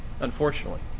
unfortunately